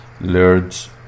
lords